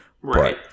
Right